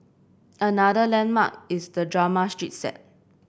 another landmark is the drama street set